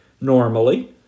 normally